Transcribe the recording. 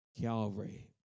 Calvary